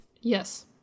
Yes